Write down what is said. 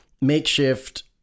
makeshift